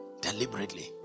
deliberately